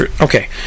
Okay